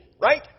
right